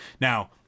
Now